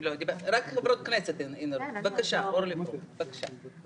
אורלי, בבקשה.